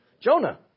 Jonah